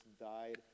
died